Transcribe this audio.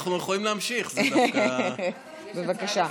אנחנו יכולים להמשיך, זה דווקא, בבקשה.